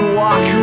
walk